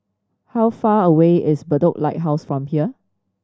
how far away is Bedok Lighthouse from here